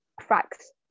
cracks